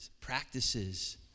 practices